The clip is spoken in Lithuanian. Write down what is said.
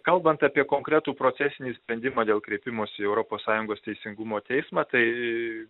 kalbant apie konkretų procesinį sprendimą dėl kreipimosi į europos sąjungos teisingumo teismą tai